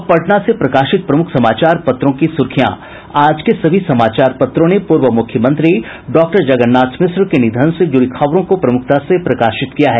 अब पटना से प्रकाशित प्रमुख समाचार पत्रों की सुर्खियां आज के सभी समाचार पत्रों ने पूर्व मुख्यमंत्री डॉक्टर जगन्नाथ मिश्र के निधन से जुड़ी खबरों को प्रमुखता प्रकाशित किया है